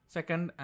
Second